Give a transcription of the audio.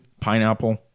pineapple